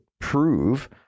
prove